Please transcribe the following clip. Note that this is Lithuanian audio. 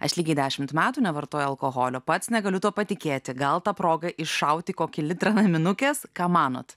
aš lygiai dešimt metų nevartoju alkoholio pats negaliu tuo patikėti gal ta proga iššauti kokį litrą naminukės ką manot